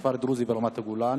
כפר דרוזי ברמת-הגולן,